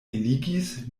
eligis